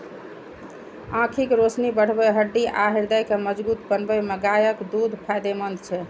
आंखिक रोशनी बढ़बै, हड्डी आ हृदय के मजगूत बनबै मे गायक दूध फायदेमंद छै